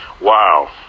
Wow